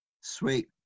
Sweet